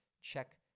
check